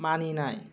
मानिनाय